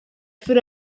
foot